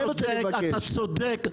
אתה צודק.